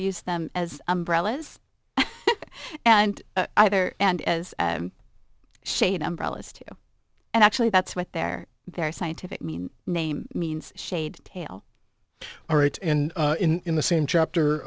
use them as umbrellas and either and as shade umbrellas too and actually that's what they're there scientific mean name means shade tail or it and in the same chapter